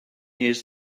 years